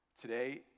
Today